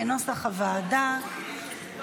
כנוסח הוועדה.